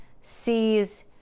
Sees